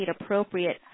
appropriate